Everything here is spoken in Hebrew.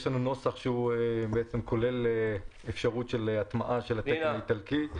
יש לנו נוסח שכולל אפשרות של הטמעה של המודל האיטלקי.